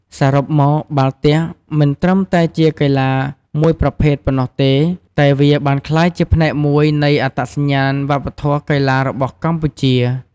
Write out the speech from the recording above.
សរុបមក បាល់ទះមិនត្រឹមតែជាកីឡាមួយប្រភេទប៉ុណ្ណោះទេ តែវាបានក្លាយជាផ្នែកមួយនៃអត្តសញ្ញាណវប្បធម៌កីឡារបស់កម្ពុជា។